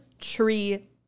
Tree